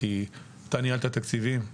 כי אתה ניהלת תקציבים,